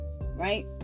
right